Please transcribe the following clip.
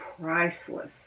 priceless